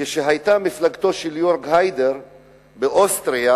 כשהיתה מפלגתו של ירג היידר באוסטריה,